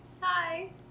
Hi